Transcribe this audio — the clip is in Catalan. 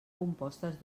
compostes